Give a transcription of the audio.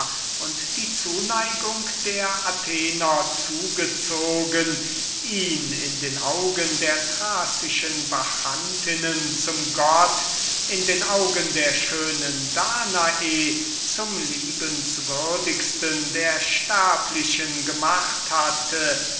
und die zuneigung der athenienser zugezogen ihn in den augen der thrazischen bacchantinnen zum gott und in den augen der schönen danae zum liebenswürdigsten der sterblichen gemacht hatte